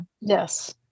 Yes